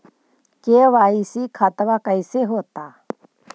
KYC खतबा कैसे होता?